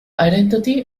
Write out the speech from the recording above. identity